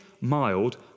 mild